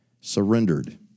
surrendered